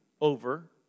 over